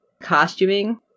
costuming